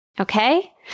Okay